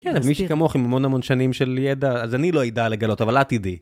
כן, מי שכמוך עם המון המון שנים של ידע, אז אני לא ידע לגלות, אבל את תדעי.